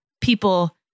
people